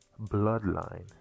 bloodline